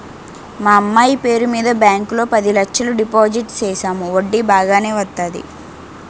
మా అమ్మాయి పేరు మీద బ్యాంకు లో పది లచ్చలు డిపోజిట్ సేసాము వడ్డీ బాగానే వత్తాది